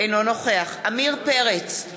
אינו נוכח עמיר פרץ,